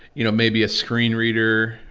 you know, maybe a screen reader,